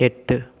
எட்டு